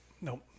nope